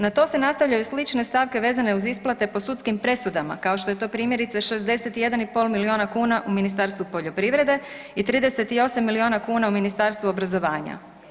Na to se nastavljaju slične stavke vezane uz isplate po sudskim presudama kao što je to primjerice 61,5 miliona kuna u Ministarstvu poljoprivrede i 38 miliona kuna u Ministarstvu obrazovanja.